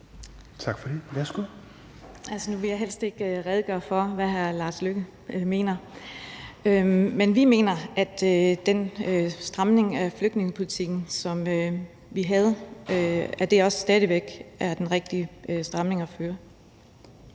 (V): Altså, nu vil jeg helst ikke redegøre for, hvad hr. Lars Løkke Rasmussen mener. Men vi mener, at den stramning af flygtningepolitikken, som vi har foretaget, også stadig væk er